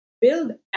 build